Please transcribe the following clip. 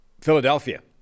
Philadelphia